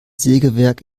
sägewerk